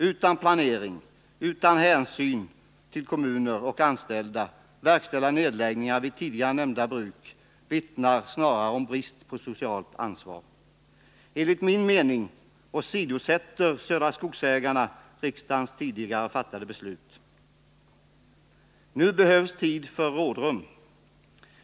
utan planering, utan hänsyn till kommuner och anställda verkställa nedläggningar vid tidigare nämnda bruk vittnar snarare om brist på socialt ansvar. Enligt min mening åsidosätter Södra Skogsägarna riksdagens tidigare fattade beslut. Nu behövs rådrum.